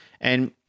And-